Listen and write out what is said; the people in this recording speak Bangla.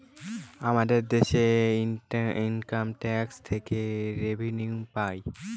আমাদের দেশে ইনকাম ট্যাক্স থেকে রেভিনিউ পাই